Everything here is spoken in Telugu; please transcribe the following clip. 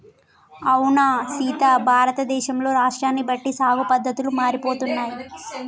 అవునా సీత భారతదేశంలో రాష్ట్రాన్ని బట్టి సాగు పద్దతులు మారిపోతున్నాయి